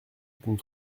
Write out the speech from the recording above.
qu’une